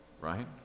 right